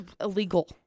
illegal